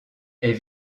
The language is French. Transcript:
est